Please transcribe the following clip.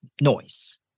noise